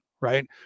Right